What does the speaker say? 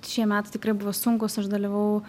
šie metai tikrai buvo sunkūs aš dalyvavau